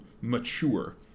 mature